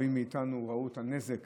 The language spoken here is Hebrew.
ראו את הנזק